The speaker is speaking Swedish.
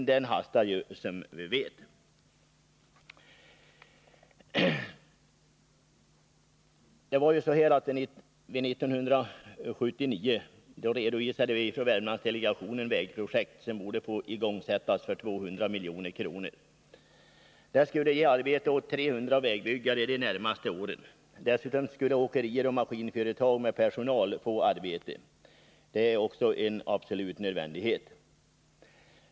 Tiden hastar, som vi 1979 redovisade vi från Värmlandsdelegationen vägprojekt för 200 milj.kr. som borde igångsättas. Det skulle ge arbete åt 300 vägbyggare de närmaste åren. Dessutom skulle personal vid åkerier och maskinföretag få arbete. Det är också en absolut nödvändighet.